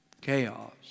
Chaos